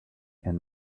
and